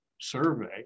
survey